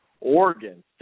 Oregon